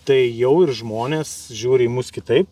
tai jau ir žmonės žiūri į mus kitaip